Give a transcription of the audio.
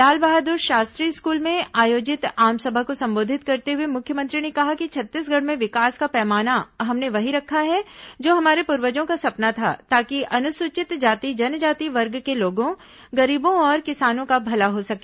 लाल Bahadur Shastri school में आयोजित आम सभा को संबोधित करते हुए मुख्यमंत्री ने कहा कि छत्तीसगढ़ में विकास का पैमाना हमने वही रखा है जो हमारे पूर्वजों का सपना था ताकि अनुसूचित जाति जनजाति वर्ग के लोगों गरीबों और किसानों का भला हो सके